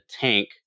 tank